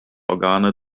organe